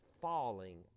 falling